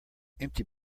empty